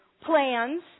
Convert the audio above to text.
plans